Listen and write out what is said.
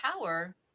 power